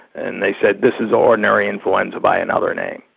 and they said this is ordinary influenza by another name.